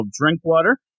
Drinkwater